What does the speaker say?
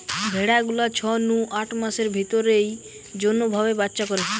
ভেড়া গুলা ছয় নু আট মাসের ভিতরেই যৌন ভাবে বাচ্চা করে